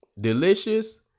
delicious